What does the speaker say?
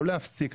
לא להפסיק.